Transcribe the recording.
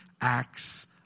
acts